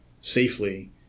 safely